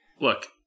look